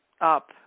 up